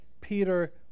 Peter